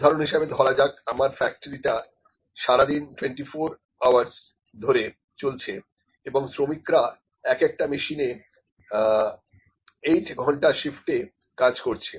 উদাহরণ হিসেবে ধরা যাক আমার ফ্যাক্টরিটা সারাদিন 24 ঘন্টা ধরে চলছে এবং শ্রমিকরা এক একটা মেশিনে 8 ঘন্টা শিফটে কাজ করছে